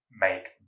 make